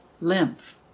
Lymph